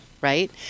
right